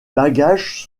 bagages